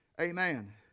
Amen